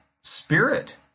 spirit